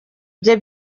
bye